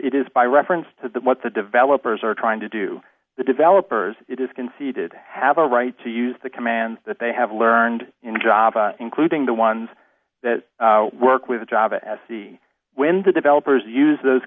it is by reference to what the developers are trying to do the developers it is conceded have a right to use the commands that they have learned in java including the ones that work with java as the when the developers use those